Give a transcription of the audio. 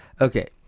Okay